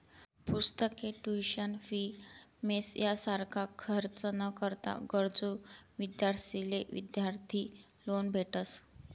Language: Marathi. पुस्तके, ट्युशन फी, मेस यासारखा खर्च ना करता गरजू विद्यार्थ्यांसले विद्यार्थी लोन भेटस